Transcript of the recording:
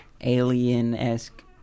alien-esque